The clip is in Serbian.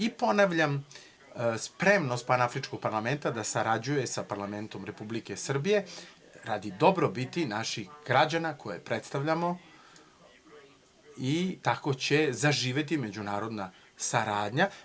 I, ponavljam, spremnost Panafričkog parlamenta da sarađuje sa parlamentom Republike Srbije radi dobrobiti naših građana koje predstavljamo i tako će zaživeti međunarodna saradnja.